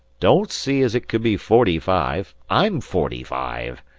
don't see as it could be forty-five. i'm forty-five,